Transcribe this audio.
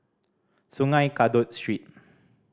Sungei Kadut Street